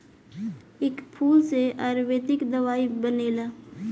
ए फूल से आयुर्वेदिक दवाई बनेला